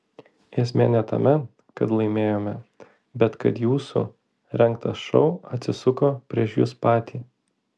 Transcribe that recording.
esmė ne tame kad laimėjome bet kad jūsų rengtas šou atsisuko prieš jus patį